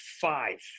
five